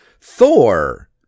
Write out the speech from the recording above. Thor